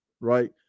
Right